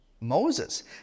Moses